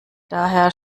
daher